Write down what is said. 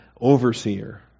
overseer